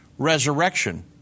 resurrection